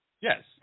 Yes